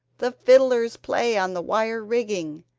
the fiddlers play on the wire rigging,